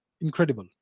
incredible